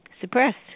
suppressed